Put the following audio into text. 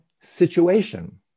situation